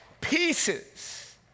Pieces